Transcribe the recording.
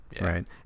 right